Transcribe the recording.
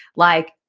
like,